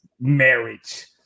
marriage